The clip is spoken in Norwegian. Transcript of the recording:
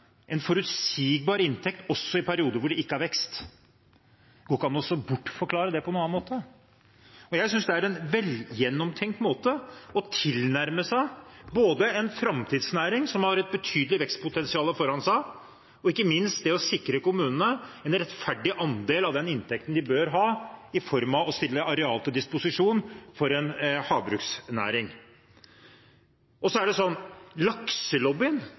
en forutsigbar inntekt også i perioder hvor det ikke er vekst. Det går ikke an å bortforklare det på noen annen måte. Jeg synes det er en velgjennomtenkt måte både å tilnærme seg en framtidsnæring på som har et betydelig vekstpotensial foran seg, og ikke minst det å sikre kommunene en rettferdig andel av den inntekten de bør ha i form av å stille areal til disposisjon for en havbruksnæring. Lakselobbyen, blir det sagt. Ja, hvem er lakselobbyen i denne sammenhengen? Jo, det